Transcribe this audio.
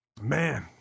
man